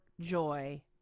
joy